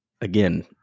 again